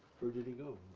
where did he go?